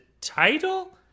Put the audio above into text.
title